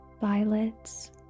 violets